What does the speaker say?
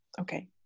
Okay